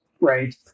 Right